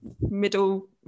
middle